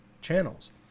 channels